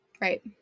right